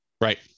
Right